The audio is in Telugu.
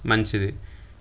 మంచిది